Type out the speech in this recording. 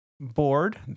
board